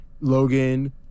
logan